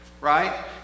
right